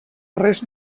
res